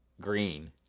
green